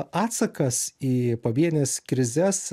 atsakas į pavienes krizes